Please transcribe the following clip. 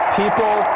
people